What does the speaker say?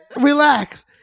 relax